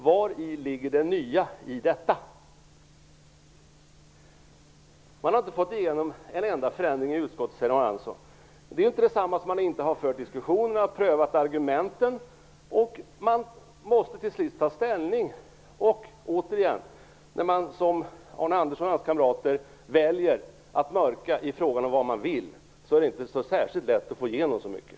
Vari ligger det nya i detta? Arne Andersson säger att man inte har fått igenom en enda förändring i utskottet. Det är inte detsamma som att man inte har fört diskussioner och prövat argumenten. Man måste till sist ta ställning. Återigen: När man som Arne Andersson och hans kamrater väljer att mörka i frågan om vad man vill är det inte så särskilt lätt att få igenom så mycket.